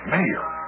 Mayor